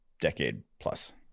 Decade-plus